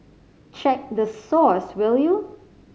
check the source will you